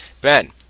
Ben